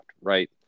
Right